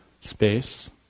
space